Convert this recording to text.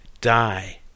die